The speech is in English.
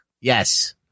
Yes